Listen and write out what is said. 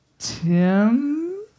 Tim